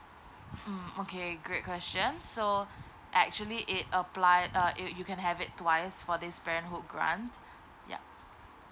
um okay great question so actually it apply uh you you can have it twice for this parenthoof grant yup